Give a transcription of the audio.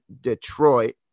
Detroit